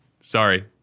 Sorry